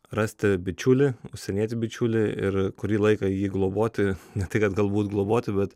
rasti bičiulį užsienietį bičiulį ir kurį laiką jį globoti ne tai kad galbūt globoti bet